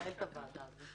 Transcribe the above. וועדה.